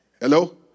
Hello